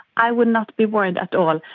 i would not be worried at all.